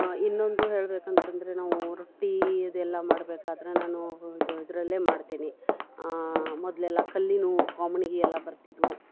ಇನ್ನೊಂದು ಹೇಳ್ಬೇಕಂತ ಅಂದರೆ ನಾವೂ ರೊಟ್ಟಿ ಅದೆಲ್ಲ ಮಾಡಬೇಕಾದ್ರೆ ನಾನೂ ಇದು ಇದರಲ್ಲೇ ಮಾಡ್ತೀನಿ ಮೊದಲೆಲ್ಲ ಕಲ್ಲಿನವು ಕೋಮಣಿಗೆ ಎಲ್ಲ ಬರ್ತಿದ್ವು